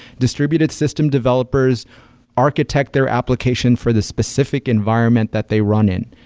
distributed system developers architect their application for the specific environment that they run in,